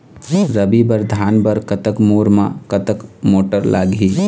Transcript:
रबी बर धान बर कतक बोर म कतक मोटर लागिही?